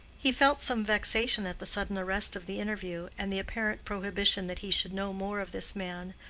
he felt some vexation at the sudden arrest of the interview, and the apparent prohibition that he should know more of this man,